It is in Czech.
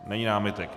Není námitek.